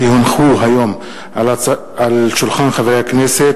כי הונחו היום על שולחן הכנסת,